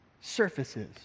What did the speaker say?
surfaces